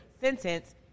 sentence